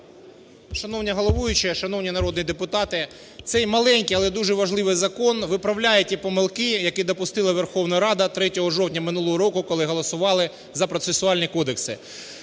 Шановна головуюча! Шановні народні депутати! Цей маленький, але дуже важливий закон виправляє ті помилки, які допустила Верховна Рада 3 жовтня минулого року, коли голосували за процесуальні кодекси.